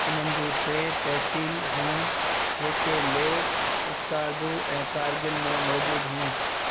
इन्हनि जूं टे तहसील हुयूं जेके लेह स्कार्दू ऐं कारगिल में मौज़ूदु हुयूं